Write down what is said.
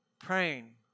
praying